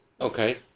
Okay